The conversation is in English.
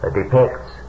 depicts